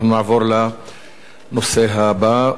אנחנו נעבור לנושא הבא,